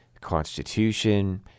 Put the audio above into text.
Constitution